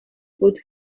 could